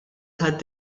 tad